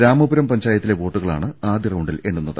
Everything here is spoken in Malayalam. രാമപുരം പഞ്ചായത്തിലെ വോട്ടുകളാണ് ആദ്യറൌണ്ടിൽ എണ്ണുന്നത്